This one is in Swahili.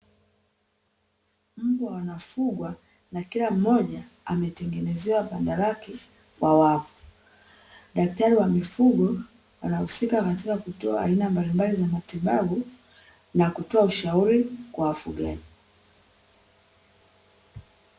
Mbwa wanafugwa na kila mmoja ametengenezewa banda lake kwa wavu. Daktari wa mifugo anahusika katika kutoa aina mbalimbali za matibabu na kutoa ushauri kwa wafugaji.